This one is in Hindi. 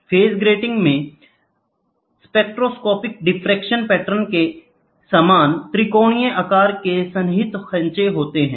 फेज ग्रीटिंग में स्पेक्ट्रोस्कोपिक डिफ्रेक्शन पैटर्न के समान त्रिकोणीय आकार के सन्निहित खांचे होते हैं